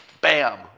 Bam